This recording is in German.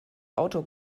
auto